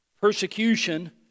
Persecution